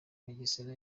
mugesera